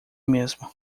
mesmo